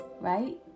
Right